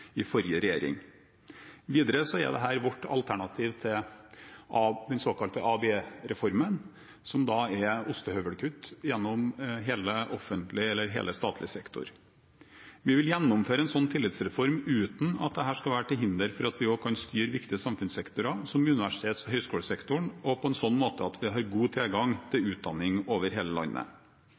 i forrige regjering. Videre er dette vårt alternativ til den såkalte ABE-reformen, som er ostehøvelkutt gjennom hele den statlige sektoren. Vi vil gjennomføre en slik tillitsreform uten at dette skal være til hinder for at vi også kan styre viktige samfunnssektorer – som universitets- og høyskolesektoren – på en slik måte at vi har god tilgang til utdanning over hele landet.